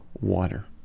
water